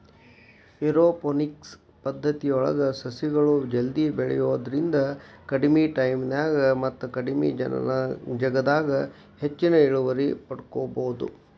aeroponics ಪದ್ದತಿಯೊಳಗ ಸಸಿಗಳು ಜಲ್ದಿ ಬೆಳಿಯೋದ್ರಿಂದ ಕಡಿಮಿ ಟೈಮಿನ್ಯಾಗ ಮತ್ತ ಕಡಿಮಿ ಜಗದಾಗ ಹೆಚ್ಚಿನ ಇಳುವರಿ ಪಡ್ಕೋಬೋದು